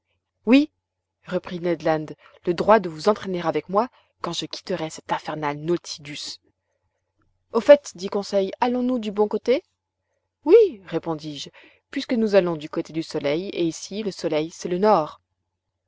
oui reprit ned land le droit de vous entraîner avec moi quand je quitterai cet infernal nautilus au fait dit conseil allons-nous du bon côté oui répondis-je puisque nous allons du côté du soleil et ici le soleil c'est le nord